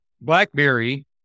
BlackBerry